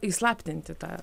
įslaptinti tą